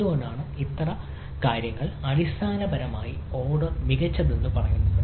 എന്തുകൊണ്ടാണ് ഇത്തരം കാര്യങ്ങൾ അടിസ്ഥാനപരമായി ഓർഡർ മികച്ചതെന്ന് പറയുന്നത്